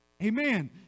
Amen